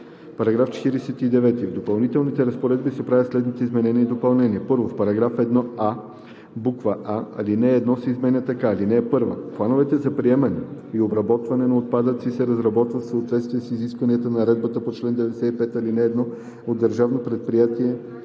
§ 49: „§ 49. В допълнителните разпоредби се правят следните изменения и допълнения: 1. В § 1а: а) алинея 1 се изменя така: „(1) Плановете за приемане и обработване на отпадъци се разработват в съответствие с изискванията на наредбата по чл. 95, ал. 1 от Държавно предприятие